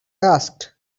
asked